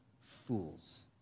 fools